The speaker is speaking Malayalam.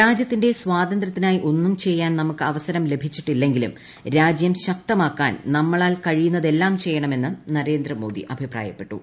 രാജൃത്തിന്റെ സ്വാതന്ത്രൃത്തിനായി ഒന്നും ചെയ്യാൻ നമുക്ക് അവസരം ലഭിച്ചിട്ടില്ലെങ്കിലും രാജ്യം ശക്തമാക്കാൻ നമ്മളാൽ കഴിയുന്നതെല്ലാം ചെയ്യണമെന്നും നരേന്ദ്രമോദി അഭിപ്രായപ്പെട്ടു